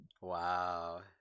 Wow